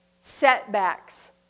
Setbacks